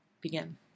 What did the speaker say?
begin